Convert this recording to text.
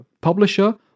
publisher